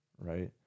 right